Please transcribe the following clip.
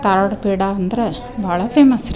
ಧಾರ್ವಾಡ ಪೇಡ ಅಂದ್ರ ಭಾಳ ಫೇಮಸ್ ರೀ